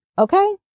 Okay